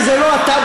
אתה לא בא.